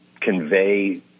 convey